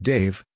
Dave